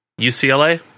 UCLA